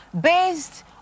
based